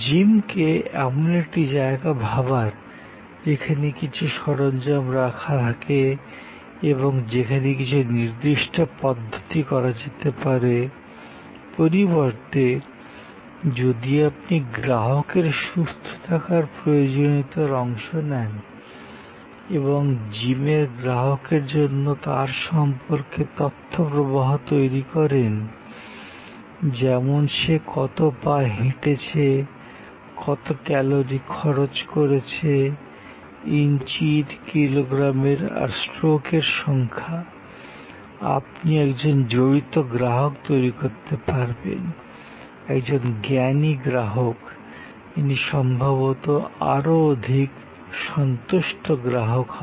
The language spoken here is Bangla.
জিমকে এমন একটি জায়গা ভাবার যেখানে কিছু সরঞ্জাম রাখা থাকে এবং যেখানে কিছু নির্দিষ্ট পদ্ধতি করা যেতে পারে পরিবর্তে যদি আপনি গ্রাহকের সুস্থ থাকার প্রয়োজনীয়তায় অংশ নেন এবং জিমের গ্রাহকের জন্য তার সম্পর্কে তথ্য প্রবাহ তৈরি করেন যেমন সে কত পা হেঁটেছে কত ক্যালোরি খরচ করেছে ইঞ্চির কিলোগ্রামের আর স্ট্রোকের সংখ্যা আপনি একজন জড়িত গ্রাহক তৈরি করতে পারবেন একজন জ্ঞানী গ্রাহক যিনি সম্ভবত আরও অধিক সন্তুষ্ট গ্রাহক হবেন